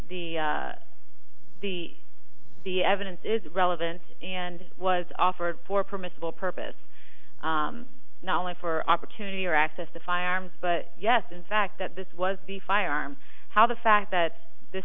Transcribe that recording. the the the evidence is relevant and was offered for permissible purpose not only for opportunity or access to firearms but yes in fact that this was the firearm how the fact that this